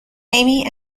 amy